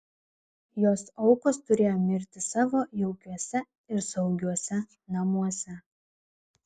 jos aukos turėjo mirti savo jaukiuose ir saugiuose namuose